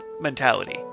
mentality